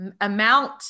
amount